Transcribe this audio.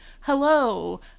hello